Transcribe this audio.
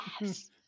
Yes